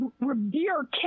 Revere